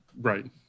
Right